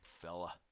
fella